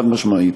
חד-משמעית.